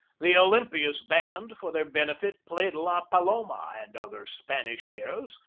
the olympiads band, for their benefit, played la paloma and other spanish airs,